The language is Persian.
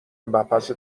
مبحث